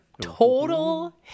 total